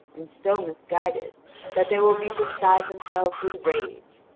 and so misguided that they will be beside themselves with rage.